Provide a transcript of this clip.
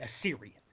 Assyrian